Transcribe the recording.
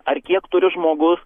ar kiek turi žmogus